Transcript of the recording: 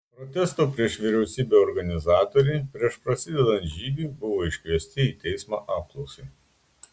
protesto prieš vyriausybę organizatoriai prieš prasidedant žygiui buvo iškviesti į teismą apklausai